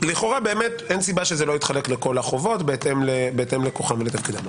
לכאורה אין סיבה שזה לא יתחלק לכל החובות בהתאם לכוחם ולתפקידם.